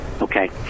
okay